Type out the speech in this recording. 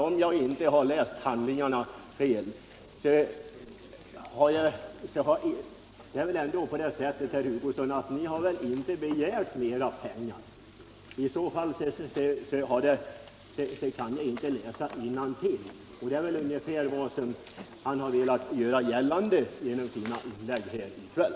Om jag inte har läst fel i handlingarna så är det väl ändå så, herr Hugosson, att ni inte har begärt mer pengar. Har jag fel så kan jag väl inte läsa innantill. Att ni begärt mera är väl vad herr Hugosson har velat göra gällande genom sina inlägg här i kväll.